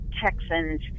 Texans